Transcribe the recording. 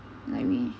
like we